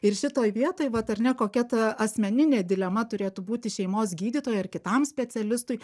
ir šitoj vietoj vat ar ne kokia ta asmeninė dilema turėtų būti šeimos gydytojui ar kitam specialistui